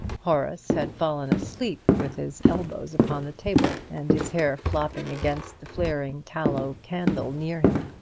horace had fallen asleep, with his elbows upon the table, and his hair flopping against the flaring tallow-candle near him.